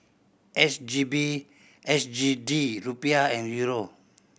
S G B S G D Rupiah and Euro